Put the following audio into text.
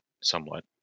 somewhat